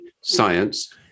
science